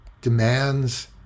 demands